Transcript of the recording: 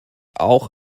auch